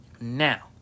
Now